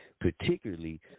particularly